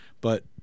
but-